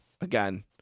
again